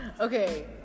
Okay